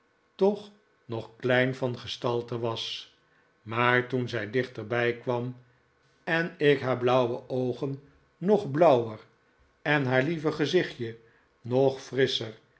toch nog klein van gestalte was maar toen zij dichterbij kwam en ik haar blauwe oogen nog blauwer en haar lieve gezichtje nog frisscher